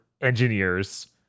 engineers